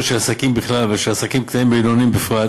של עסקים בכלל ושל עסקים קטנים ובינוניים בפרט,